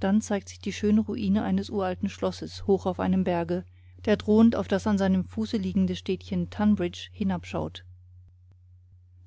dann zeigt sich die schöne ruine eines uralten schlosses hoch auf einem berge der drohend auf das and seinem fuße liegende städtchen tunbridge hinabschaut